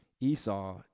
Esau